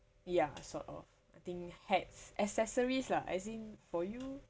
ya sort of I think hats accessories lah as in for you